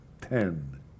ten